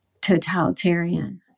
totalitarian